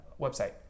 website